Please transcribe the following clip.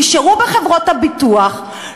נשאר בחברות הביטוח,